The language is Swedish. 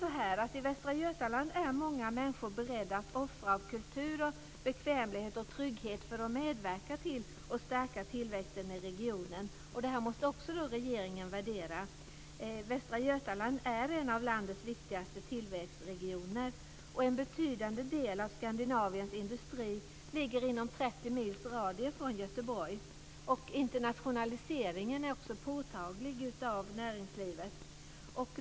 I Västra Götaland är många människor beredda att offra av kultur, bekvämlighet och trygghet för att medverka till att stärka tillväxten i regionen. Det måste också regeringen värdera. Västra Götaland är en av landets viktigaste tillväxtregioner. En betydande del av Skandinaviens industrier ligger inom 30 mils radie från Göteborg. Internationaliseringen av näringslivet är också påtaglig.